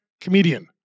Comedian